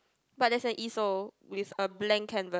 but there's an easel with a blank canvas